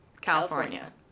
California